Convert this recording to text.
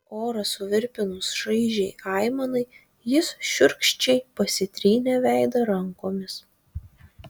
orą suvirpinus šaižiai aimanai jis šiurkščiai pasitrynė veidą rankomis